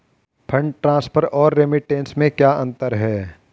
Fund transfer और remittance में क्या अंतर है?